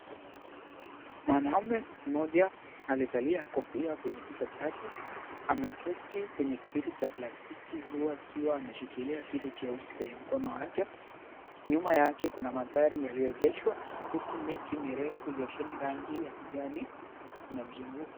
Mwanaume mmoja aliyevalia kofia kwenye kichwa chake ameketi kwenye kiti cha plastiki huwa akiwa ameshikilia kitu cheusi kwenye mkono wake. Nyuma yake kuna magari yaliyoegeshwa huku miti mirefu iliyosheheni rangi ya kijani imemzunguka.